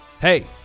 Hey